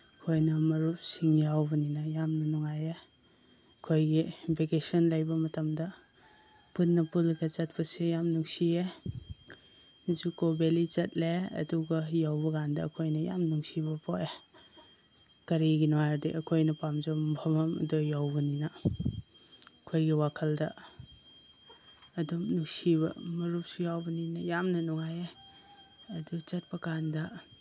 ꯑꯩꯈꯣꯏꯅ ꯃꯔꯨꯞꯁꯤꯡ ꯌꯥꯎꯕꯅꯤꯅ ꯌꯥꯝꯅ ꯅꯨꯡꯉꯥꯏꯌꯦ ꯑꯩꯈꯣꯏꯒꯤ ꯚꯦꯀꯦꯁꯟ ꯂꯩꯕ ꯃꯇꯝꯗ ꯄꯨꯟꯅ ꯄꯨꯜꯂꯒ ꯆꯠꯄꯁꯤ ꯌꯥꯝ ꯅꯨꯡꯁꯤꯌꯦ ꯖꯨꯀꯣ ꯚꯦꯂꯤ ꯆꯠꯂꯦ ꯑꯗꯨꯒ ꯌꯧꯕꯀꯥꯟꯗ ꯑꯩꯈꯣꯏꯅ ꯌꯥꯝ ꯅꯨꯡꯁꯤꯕ ꯄꯣꯛꯑꯦ ꯀꯔꯤꯒꯤꯅꯣ ꯍꯥꯏꯔꯗꯤ ꯑꯩꯈꯣꯏꯅ ꯄꯥꯝꯖꯕ ꯃꯐꯝꯗꯣ ꯌꯧꯕꯅꯤꯅ ꯑꯩꯈꯣꯏꯒꯤ ꯋꯥꯈꯜꯗ ꯑꯗꯨꯝ ꯅꯨꯡꯁꯤꯕ ꯃꯔꯨꯞꯁꯨ ꯌꯥꯎꯕꯅꯤꯅ ꯌꯥꯝꯅ ꯅꯨꯡꯉꯥꯏꯌꯦ ꯑꯗꯨ ꯆꯠꯄꯀꯥꯟꯗ